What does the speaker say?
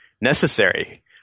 necessary